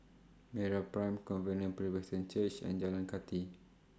Meraprime Covenant Presbyterian Church and Jalan Kathi